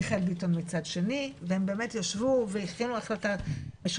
הם מצד אחד ומיכאל ביטון מצד שני והם באמת ישבו והכינו החלטה משותפת